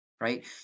right